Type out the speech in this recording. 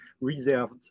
reserved